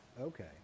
okay